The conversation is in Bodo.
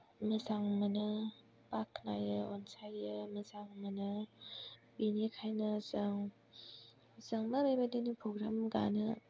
मोजां मोनो बाख्नायो अनसायो मोजां मोनो बिनिखायनो जों जोंबो बेबायदिनि प्रग्राम गानो